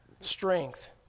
strength